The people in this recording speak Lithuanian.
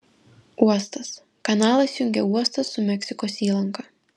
uostas kanalas jungia uostą su meksikos įlanka